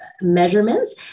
measurements